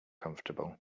comfortable